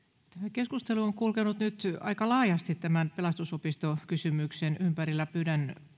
keskustelu on kulkenut nyt aika laajasti tämän pelastusopisto kysymyksen ympärillä pyydän